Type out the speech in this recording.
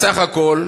בסך הכול,